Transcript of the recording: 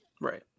Right